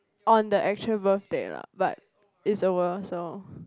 on the actual birthday lah but it's over so